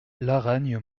laragne